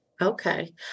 Okay